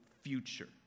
future